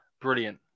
Brilliant